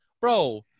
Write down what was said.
bro